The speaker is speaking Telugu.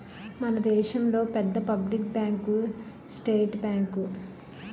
మన దేశంలో పెద్ద పబ్లిక్ బ్యాంకు స్టేట్ బ్యాంకు